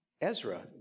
Ezra